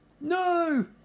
No